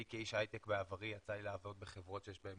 אני כאיש הייטק בעברי יצא לי לעבוד בחברות שיש בהן